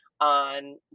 on